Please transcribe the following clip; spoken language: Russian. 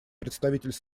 представитель